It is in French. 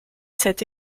cette